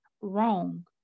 wrong